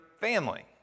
family